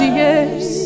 yes